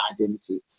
identity